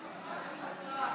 ושלישית,